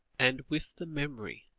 and with the memory,